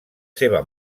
seva